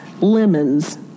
lemons